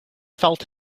felt